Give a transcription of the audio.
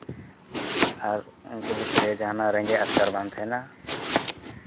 ᱟᱨ ᱩᱱᱠᱩ ᱵᱷᱤᱛᱤᱨ ᱨᱮ ᱡᱟᱦᱟᱸᱱᱟᱜ ᱨᱮᱸᱜᱮᱡ ᱟᱴᱠᱟᱨ ᱵᱟᱝ ᱛᱟᱦᱮᱱᱟ